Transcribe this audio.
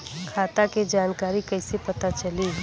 खाता के जानकारी कइसे पता चली?